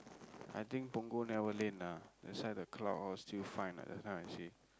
I think Punggol never rain ah that's why the cloud all still fine ah just now I see